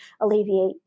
alleviate